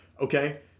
Okay